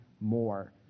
more